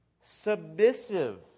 submissive